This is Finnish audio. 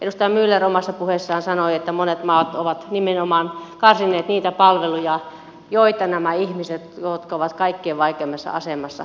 edustaja myller omassa puheessaan sanoi että monet maat ovat nimenomaan karsineet niitä palveluja joita nämä ihmiset jotka ovat kaikkein vaikeimmassa asemassa tarvitsisivat